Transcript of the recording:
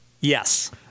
Yes